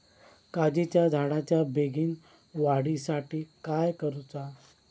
काजीच्या झाडाच्या बेगीन वाढी साठी काय करूचा?